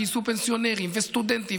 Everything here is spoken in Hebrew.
גייסו פנסיונרים וסטודנטים,